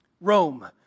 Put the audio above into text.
Rome